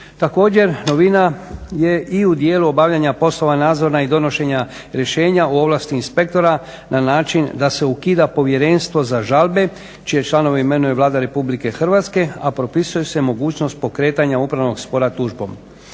Također novina je i u dijelu obavljanja poslova nadzora i donošenja rješenja o ovlasti inspektora na način da se ukida Povjerenstvo za žalbe čije članove imenuje Vlada RH, a propisuje se mogućnost pokretanja upravnog spora tužbom.